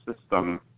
system